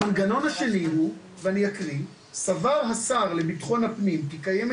המנגנון השני הוא ואני אקריא "..סבר השר לביטחון פנים כי קיימת